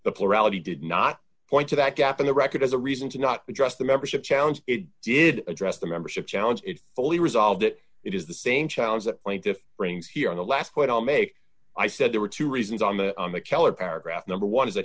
plurality did not point to that gap in the record as a reason to not address the membership challenge it did address the membership challenge it fully resolved that it is the same chair that point if brings here on the last point i'll make i said there were two reasons on the on the keller paragraph number one is that